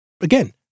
Again